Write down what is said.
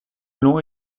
long